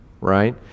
right